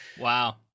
Wow